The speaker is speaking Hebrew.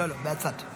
לא, מהצד.